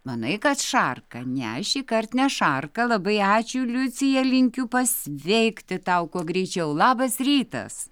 manai kad šarka ne šįkart ne šarka labai ačiū liucija linkiu pasveikti tau kuo greičiau labas rytas